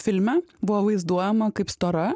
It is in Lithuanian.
filme buvo vaizduojama kaip stora